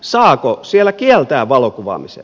saako siellä kieltää valokuvaamisen